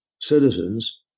citizens